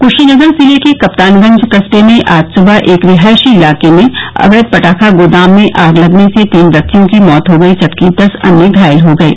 क्शीनगर जिले के कप्तानगंज कस्बे में आज सुबह एक रिहायशी इलाके में अवैध पटाखा गोदाम में आग लगने से तीन व्यक्तियों की मौत हो गयी जबकि दस अन्य घायल हो गये